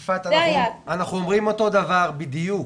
יפעת, אנחנו אומרים אותו דבר בדיוק.